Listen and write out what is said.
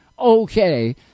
okay